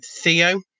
Theo